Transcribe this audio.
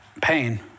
Pain